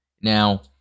Now